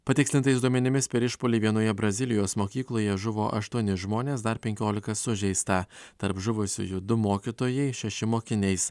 patikslintais duomenimis per išpuolį vienoje brazilijos mokykloje žuvo aštuoni žmonės dar penkiolika sužeista tarp žuvusiųjų du mokytojai šeši mokiniais